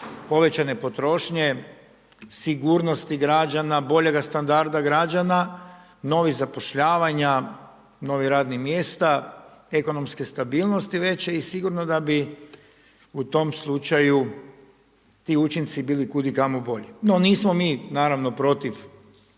povećane potrošnje, sigurnosti građana, boljega standarda građana, novih zapošljavanja, novih radnih mjesta, ekonomske stabilnosti veće i sigurno da bi u tom slučaju ti učinci bili kud i kamo bolji. No nismo mi naravno protiv